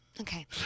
Okay